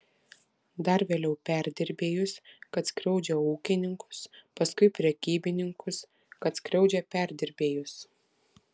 dar vėliau perdirbėjus kad skriaudžia ūkininkus paskui prekybininkus kad skriaudžia perdirbėjus